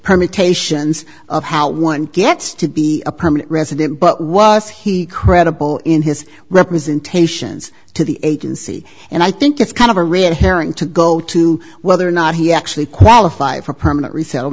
permutations of how one gets to be a permanent resident but was he credible in his representations to the agency and i think it's kind of a red herring to go to whether or not he actually qualified for permanent rese